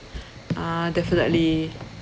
ah definitely